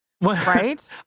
Right